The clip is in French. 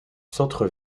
centre